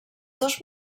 dos